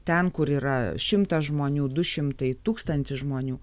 ten kur yra šimtas žmonių du šimtai tūkstantis žmonių